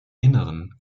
inneren